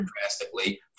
drastically